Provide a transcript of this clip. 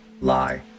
lie